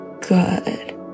good